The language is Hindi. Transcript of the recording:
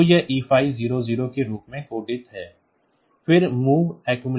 तो यह E500 के रूप में कोडित है फिर MOV acc00h